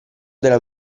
dalla